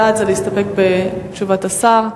בעד זה להסתפק בתשובת השר,